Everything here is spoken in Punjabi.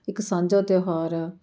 ਇੱਕ ਸਾਂਝਾ ਤਿਉਹਾਰ ਆ